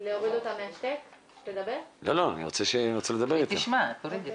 מטרום לידה עד שאנחנו עוזבים את העולם